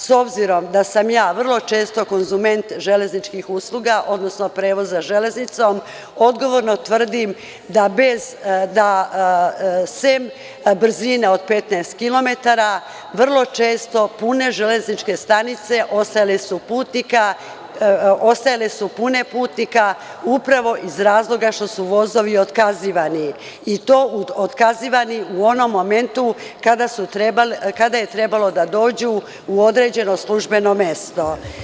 S obzirom da sam i ja vrlo često konzument železničkih usluga, odnosno prevoza železnicom, odgovorno tvrdim da sem brzina od 15 kilometara vrlo često pune železničke stanice ostajale su pune putnika upravo iz razloga što su vozovi otkazivani i to otkazivani u onom momentu kada je trebalo da dođu u određeno službeno mesto.